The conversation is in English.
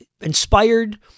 inspired